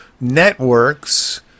networks